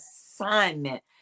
assignment